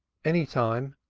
any time,